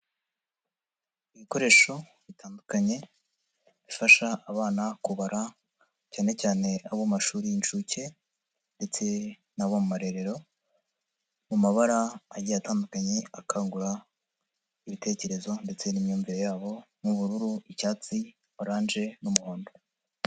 Ibikoresho bitandukanye bifasha abana kubara, cyane cyane abo mashuri y'incuke ndetse n'abo mu marerero, mu mabara agiye atandukanye akangura ibitekerezo ndetse n'imyumvire yabo nk'ubururu, icyatsi, orange n'umuhondo.